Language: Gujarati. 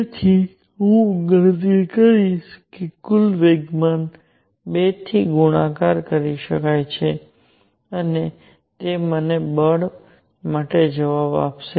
તેથી હું ગણતરી કરીશ કે કુલ વેગમાન 2 થી ગુણાકાર કરી થાય છે અને તે મને બળ માટે જવાબ આપશે